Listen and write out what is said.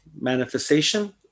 manifestation